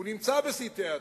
הוא נמצא בסעיפי התקציב,